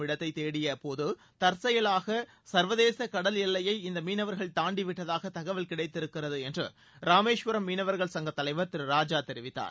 இடத்தை தேடிய போது தற்செயலாக சர்வதேச கடல் எல்லையை இந்த மீனவர்கள் தாண்டிவிட்டதாக தகவல் கிடைத்திருக்கிறது என்று ராமேஸ்வரம் மீனவர்கள் சங்க தலைவர் திரு ராஜா தெரிவித்தார்